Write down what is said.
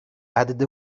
added